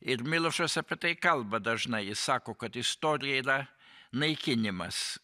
ir milošas apie tai kalba dažnai jis sako kad istorija yra naikinimas